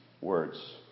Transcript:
words